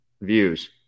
views